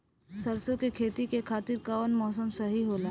सरसो के खेती के खातिर कवन मौसम सही होला?